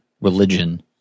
religion